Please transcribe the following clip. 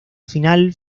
final